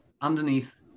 Underneath